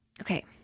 Okay